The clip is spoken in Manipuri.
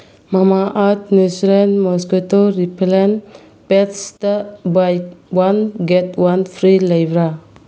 ꯃꯃꯥ ꯑꯥꯔꯠ ꯅꯦꯆꯔꯦꯜ ꯃꯣꯁꯀꯤꯇꯣ ꯔꯤꯄꯂꯦꯟ ꯄꯦꯠꯁꯇ buy one get one free ꯂꯩꯕ꯭ꯔꯥ